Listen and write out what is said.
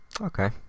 Okay